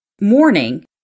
morning